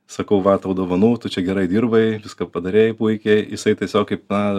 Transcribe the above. sakau va tau dovanų tu čia gerai dirbai viską padarei puikiai jisai tiesiog kaip na